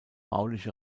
bauliche